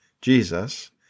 Jesus